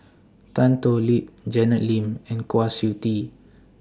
Tan Thoon Lip Janet Lim and Kwa Siew Tee